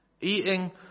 Eating